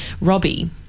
Robbie